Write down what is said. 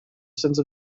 sense